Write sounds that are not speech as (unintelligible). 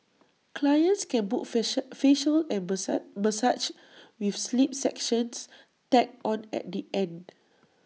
clients can book (unintelligible) facials and (unintelligible) massages with sleep sessions tacked on at the end